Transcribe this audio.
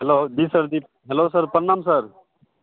hello जी sir जी hello sir प्रणाम सर